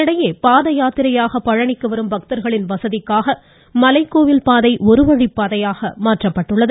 இதனிடையே பாத யாத்திரையாக பழனிக்கு வரும் பக்தர்களின் வசதிக்காக மலைக்கோவில் பாதை ஒருவழிப் பாதையாக மாற்றப்பட்டுள்ளது